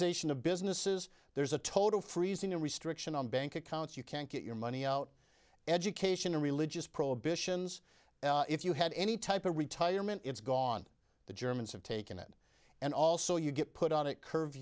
isolation of businesses there is a total freezing a restriction on bank accounts you can't get your money out education or religious prohibitions if you had any type of retirement it's gone the germans have taken it and also you get put out it cur